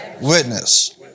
witness